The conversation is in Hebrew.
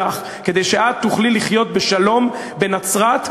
קודם כול בהצבעות דמוקרטיות בבית הזה.